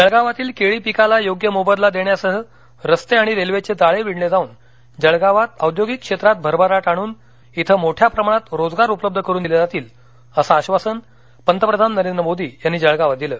जळगावातील केळी पिकाला योग्य मोबदला देण्यासह रस्ते रेल्वेचे जाळे विणले जाऊन जळगावात औद्योगिक क्षेत्रात भरभराट आणून येथे मोठ्या प्रमाणात रोजगार उपलब्ध करून दिले जातील असं आश्वासन पंतप्रधान नरेंद्र मोदी यांनी जळगावात दिलं